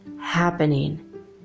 happening